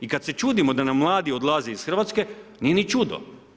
I kad se čudimo da nam mladi odlaze iz Hrvatske, nije ni čudo.